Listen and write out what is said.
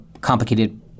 complicated